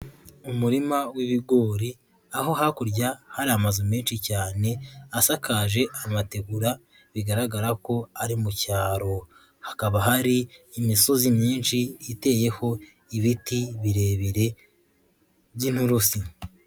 Umurima w'ibigori aho hakurya hari amazu menshi cyane asakaje amategura bigaragara ko ari mu cyaro, hakaba hari imisozi myinshi iteyeho ibiti birebire by'inurusu.